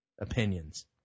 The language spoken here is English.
opinions